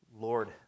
Lord